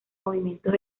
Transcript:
movimientos